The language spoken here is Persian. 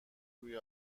روی